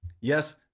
Yes